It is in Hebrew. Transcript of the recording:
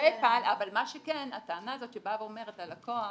מה שכן, הטענה הזאת שבאה ואומרת, הלקוח